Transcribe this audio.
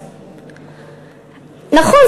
נכון,